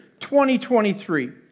2023